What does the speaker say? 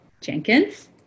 Jenkins